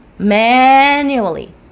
Manually